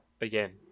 Again